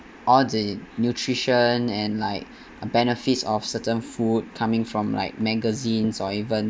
all the nutrition and like uh benefits of certain food coming from like magazines or even